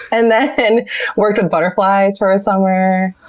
and then worked with butterflies for a summer,